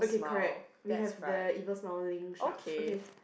okay correct we have the evil smiling shark okay